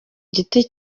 giti